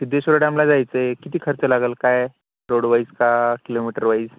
सिद्धेश्वर डॅमला जायचं आहे किती खर्च लागेल काय रोडवाईज का किलोमीटर वाईज